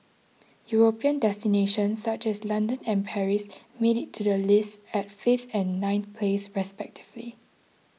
European destinations such as London and Paris made it to the list at fifth and ninth place respectively